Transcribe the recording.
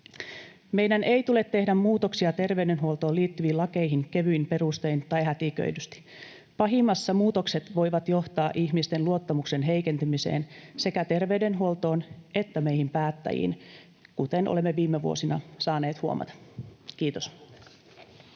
Meidän ei tule tehdä muutoksia terveydenhuoltoon liittyviin lakeihin kevyin perustein tai hätiköidysti. Pahimmillaan muutokset voivat johtaa ihmisten luottamuksen heikentymiseen sekä terveydenhuoltoon että meihin päättäjiin, kuten olemme viime vuosina saaneet huomata. — Kiitos.